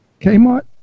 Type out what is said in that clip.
Kmart